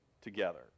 together